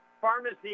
pharmacy